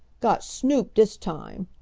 got snoop dis time,